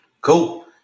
Cool